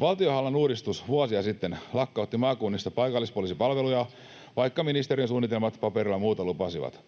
Valtionhallinnon uudistus vuosia sitten lakkautti maakunnista paikallispoliisipalveluja, vaikka ministeriön suunnitelmat paperilla muuta lupasivat.